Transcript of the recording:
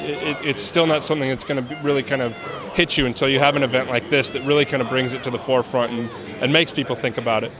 it's still not something that's going to really kind of hit you until you have an event like this that really kind of brings it to the forefront and makes people think about it